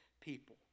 people